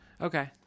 Okay